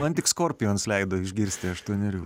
man tik skorpions leido išgirsti aštuonerių